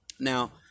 Now